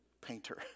painter